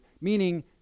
meaning